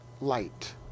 light